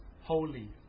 holy